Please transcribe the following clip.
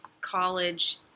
college